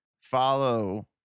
follow